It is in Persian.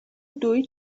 دوید